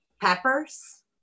peppers